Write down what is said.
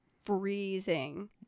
freezing